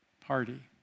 party